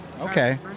Okay